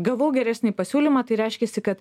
gavau geresnį pasiūlymą tai reiškiasi kad